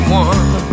one